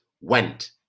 went